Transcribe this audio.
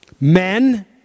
Men